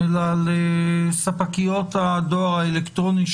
אלא על ספקיות הדואר האלקטרוני,